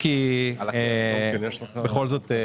הן חלק מאוד גדול מהמגמה שראינו בכניסה לשוק